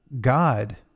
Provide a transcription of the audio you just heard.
God